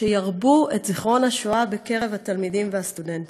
שירבו את זיכרון השואה בקרב התלמידים והסטודנטים.